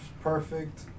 perfect